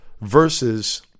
versus